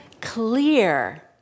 clear